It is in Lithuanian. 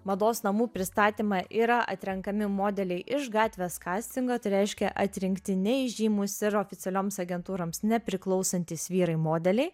mados namų pristatymą yra atrenkami modeliai iš gatvės kastingo tai reiškia atrinkti neįžymūs ir oficialioms agentūroms nepriklausantys vyrai modeliai